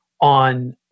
on